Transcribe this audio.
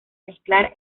mezclar